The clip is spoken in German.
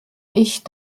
ich